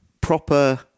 proper